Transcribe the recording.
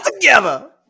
together